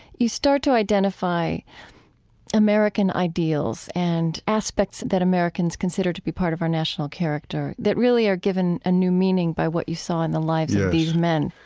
you start to identify american ideals and aspects that americans consider to be part of our national character, that really are given a new meaning by what you saw in the lives of these men